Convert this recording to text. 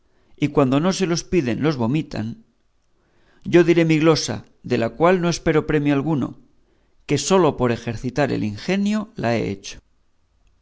y cuando no se los piden los vomitan yo diré mi glosa de la cual no espero premio alguno que sólo por ejercitar el ingenio la he hecho